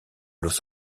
los